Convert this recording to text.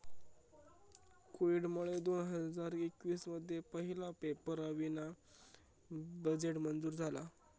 कोविडमुळे दोन हजार एकवीस मध्ये पहिला पेपरावीना बजेट मंजूर झाला